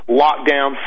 lockdown